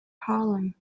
harlem